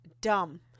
dumb